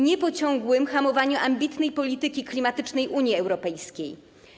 Nie po ciągłym hamowaniu ambitnej polityki klimatycznej Unii Europejskiej.